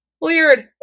Weird